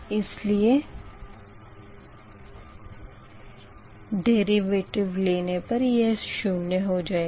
इसलिए डेरिवेटिव लेने पर यह शून्य हो हो जाएगी